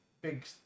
Big